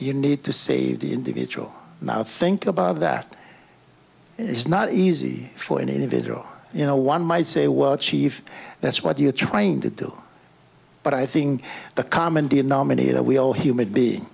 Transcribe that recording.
you need to save the individual now think about that is not easy for an individual you know one might say were chief that's what you're trained to do but i think the common denominator we all hum